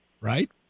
Right